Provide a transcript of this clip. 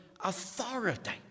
authority